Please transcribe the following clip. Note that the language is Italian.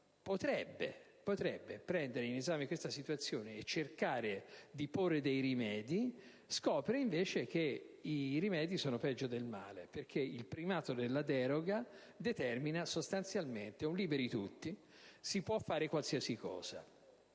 decreto prenda in esame questa situazione e cerchi di porre rimedi; si scopre invece che i rimedi sono peggio del male, perché il primato della deroga determina sostanzialmente un «liberi tutti»: si può fare qualsiasi cosa.